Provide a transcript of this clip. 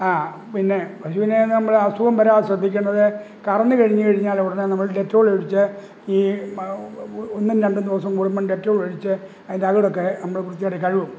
ആ പിന്നെ പശുവിനെ നമ്മള് അസുഖം വരാതെ ശ്രദ്ധിക്കേണ്ടത് കറന്ന് കഴിഞ്ഞുകഴിഞ്ഞാലുടനെ നമ്മൾ ഡെറ്റോളൊഴിച്ച് ഈ ഒന്നും രണ്ടും ദിവസം കൂടുമ്പോള് ഡെറ്റോളൊഴിച്ച് അതിൻ്റെ അകിടൊക്കെ നമ്മള് വൃത്തിയായിട്ട് കഴുകും